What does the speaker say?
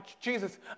Jesus